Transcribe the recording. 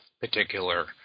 particular